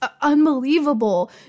unbelievable